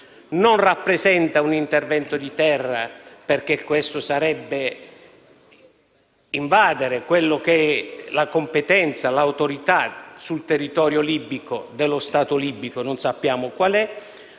non rappresenta un intervento di terra, perché questo sarebbe invadere la competenza e l'autorità sul territorio libico dello Stato libico, e non sappiamo quale